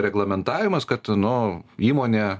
reglamentavimas kad nu įmonė